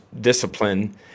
discipline